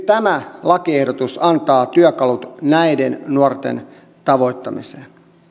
tämä lakiehdotus antaa työkalut näiden nuorten tavoittamiseen